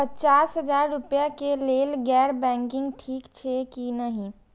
पचास हजार रुपए के लेल गैर बैंकिंग ठिक छै कि नहिं?